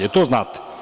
I to znate.